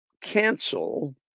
cancel